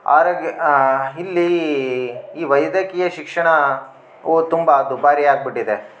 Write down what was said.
ಆರೋಗ್ಯ ಇಲ್ಲಿ ಈ ವೈದ್ಯಕೀಯ ಶಿಕ್ಷಣ ವು ತುಂಬ ದುಬಾರಿಯಾಗಿಬಿಟ್ಟಿದೆ